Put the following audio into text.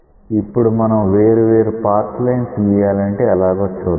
ఇప్పుడు మనం వేరు వేరు పాత్ లైన్స్ గీయాలంటే ఎలాగో చూద్దాం